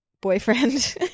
boyfriend